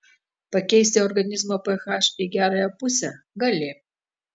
pakeisti organizmo ph į gerąją pusę gali